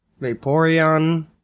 Vaporeon